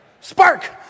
Spark